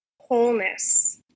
wholeness